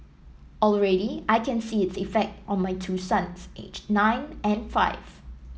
already I can see its effect on my two sons aged nine and five